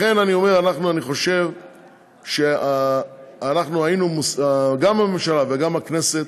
לכן אני אומר, אני חושב שגם הממשלה וגם הכנסת,